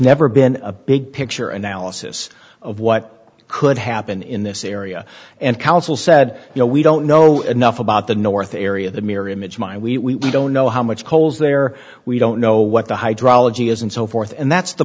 never been a big picture analysis of what could happen in this area and council said you know we don't know enough about the north area the mirror image my we don't know how much coles there we don't know what the hydrology is and so forth and that's the